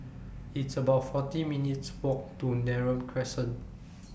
It's about forty minutes' Walk to Neram Crescent